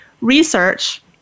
research